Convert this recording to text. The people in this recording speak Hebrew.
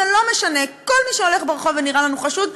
זה לא משנה: כל מי שהולך ברחוב ונראה לנו חשוד,